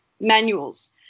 manuals